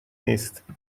نیست